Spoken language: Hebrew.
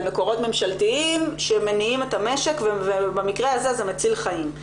מקורות ממשלתיים שמניעים את המשק ובמקרה הזה זה מציל חיים.